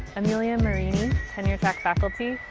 amelia marini, tenure track faculty,